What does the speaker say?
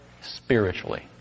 Spiritually